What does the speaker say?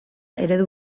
eredu